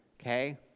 okay